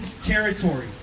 territory